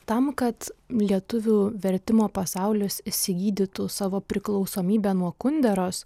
tam kad lietuvių vertimo pasaulis išsigydytų savo priklausomybę nuo kunderos